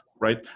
right